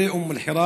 לתושבי אום אלחיראן